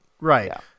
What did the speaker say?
Right